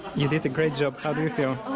you did a great job, how do you feel?